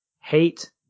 hate